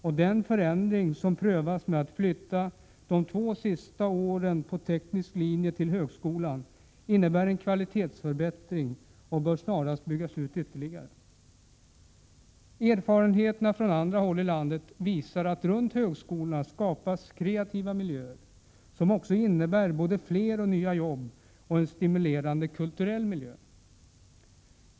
Och den förändring som prövas genom att man flyttar de två sista åren på teknisk linje till högskolan innebär en kvalitetsförbättring och bör snarast byggas ut ytterligare. Erfarenheter från andra håll i landet visar att runt högskolorna skapas kreativa miljöer, som också innebär både fler och nya jobb och en stimulerande kulturell miljö.